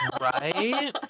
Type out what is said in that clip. Right